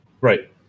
right